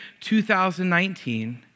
2019